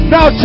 Now